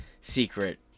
secret